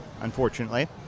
unfortunately